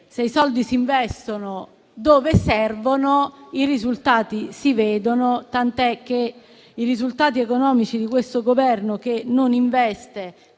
Se i soldi si investono dove servono, i risultati si vedono, tant'è che i risultati economici di questo Governo, che non investe